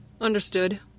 Understood